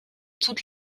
toutes